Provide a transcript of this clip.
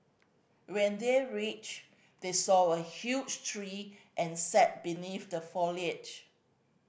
when they reached they saw a huge tree and sat beneath the foliage